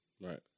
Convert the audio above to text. Right